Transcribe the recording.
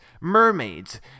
mermaids